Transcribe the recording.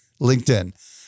LinkedIn